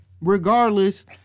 regardless